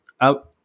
out